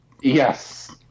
Yes